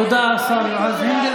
תודה, השר יועז הנדל.